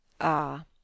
Ah